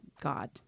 God